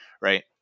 right